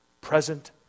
present